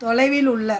தொலைவில் உள்ள